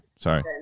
Sorry